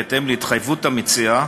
בהתאם להתחייבות המציע,